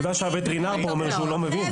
עובדה שהווטרינר כאן אומר שהוא לא מבין.